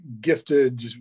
gifted